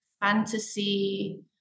fantasy